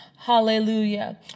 Hallelujah